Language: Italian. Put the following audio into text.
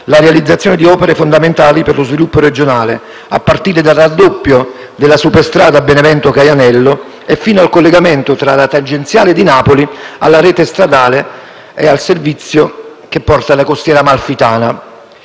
la realizzazione di opere fondamentali per lo sviluppo regionale, a partire dal raddoppio della superstrada Benevento-Caianello, fino al collegamento tra la tangenziale di Napoli alla rete stradale e al servizio che porta alla costiera amalfitana.